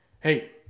Hey